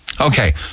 Okay